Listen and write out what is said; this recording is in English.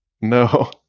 No